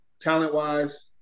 Talent-wise